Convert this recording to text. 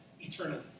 eternally